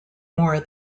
more